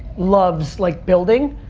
loves, like, building,